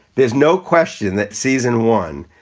there's no question that season one,